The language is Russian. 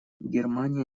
германия